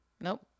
Nope